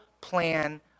plan